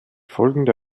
folgende